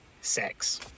sex